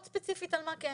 אני מאוד ספציפית על מה כן.